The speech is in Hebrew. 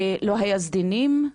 לא היו סדינים,